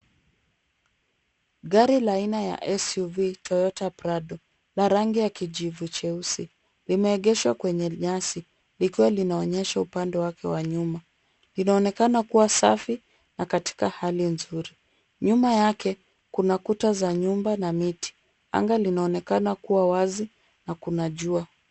Gari la aina ya SUV toyota prado ya rangi ya kijivu cheusi limeegeshwa kwenye nyasi likiwa linaonyesha upande wake wa nyuma. Linaonekana kuwa safi na katika hali nzuri. Nyuma yake kuna kuta za nyumba na miti. Anga linaonekana kuwa wazi na kuna jua.